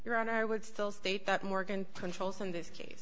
your honor i would still state that morgan controls in this case